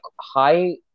high